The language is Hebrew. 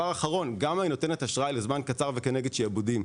גמא נותנת אשראי לזמן קצר וכנגד שעבודים.